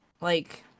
like-